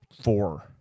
four